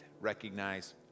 recognize